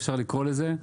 אפשר לקרוא לזה,